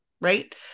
right